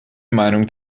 meinung